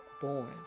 born